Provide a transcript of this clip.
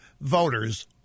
voters